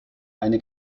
eine